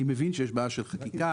אני מבין שיש בעיה של חקיקה,